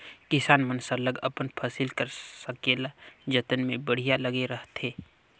किसान मन सरलग अपन फसिल कर संकेला जतन में बड़िहा लगे रहथें